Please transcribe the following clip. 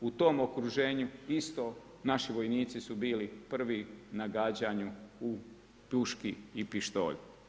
U tom okruženju isto naši vojnici su bili prvi na gađanju u puški i pištolju.